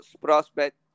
prospect